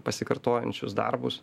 pasikartojančius darbus